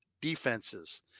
defenses